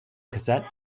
cassette